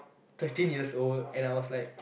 thirteen years old and I was like